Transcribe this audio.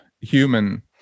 human